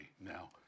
now